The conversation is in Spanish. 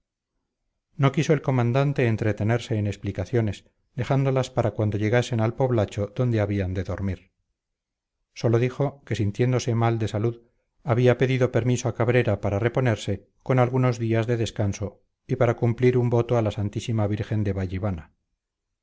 no quiso el comandante entretenerse en explicaciones dejándolas para cuando llegasen al poblacho donde habían de dormir sólo dijo que sintiéndose mal de salud había pedido permiso a cabrera para reponerse con algunos días de descanso y para cumplir un voto a la santísima virgen de